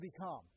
become